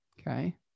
okay